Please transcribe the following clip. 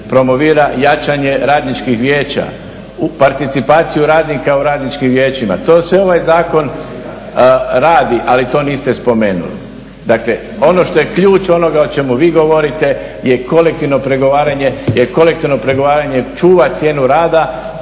promovira jačanje radničkih vijeća, participaciju radnika u radničkim vijećima, to sve ovaj Zakon radi ali to niste spomenuli. Dakle, ono što je ključ onoga o čemu vi govorite je kolektivno pregovaranje jer kolektivno pregovaranje čuva cijenu rada,